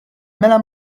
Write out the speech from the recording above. mela